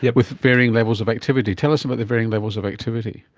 yeah with varying levels of activity. tell us about their varying levels of activity.